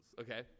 okay